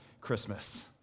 Christmas